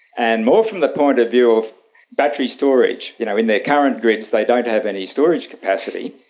and more from the point of view of battery storage. you know, in their current grids they don't have any storage capacity,